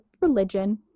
religion